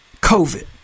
COVID